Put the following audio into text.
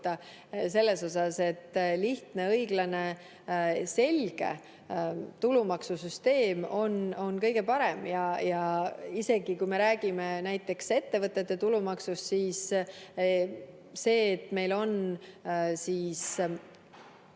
selles osas, et lihtne, õiglane ja selge tulumaksusüsteem on kõige parem. Isegi kui me räägime näiteks ettevõtete tulumaksust, siis see, et meil on